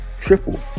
triple